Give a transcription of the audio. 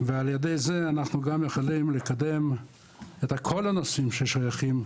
ועל ידי זה אנחנו גם יכולים לקדם את כל הנושאים ששייכים,